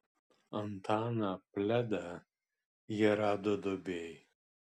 antaną pledą jie rado duobėj